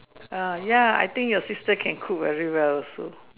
ah ya I think your sister can cook very well also